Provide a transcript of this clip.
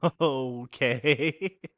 Okay